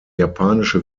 japanische